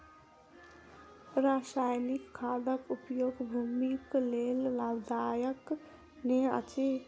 रासायनिक खादक उपयोग भूमिक लेल लाभदायक नै अछि